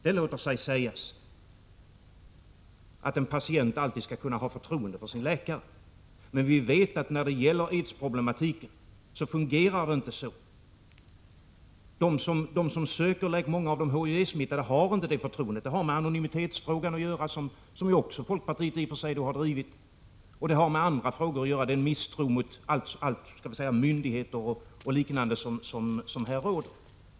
Det låter sig sägas att en patient alltid skall kunna ha förtroende för sin läkare, men vi vet att det inte fungerar så när det gäller aidsproblematiken. Många av de HIV-smittade har inte det förtroendet. Det har med anonymitetsfrågan, som ju folkpartiet i och för sig har drivit, och med andra frågor att göra. Här finns det en misstro mot myndigheter av olika slag.